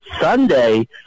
Sunday